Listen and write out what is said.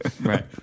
Right